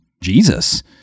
Jesus